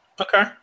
Okay